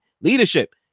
Leadership